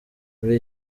muri